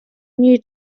new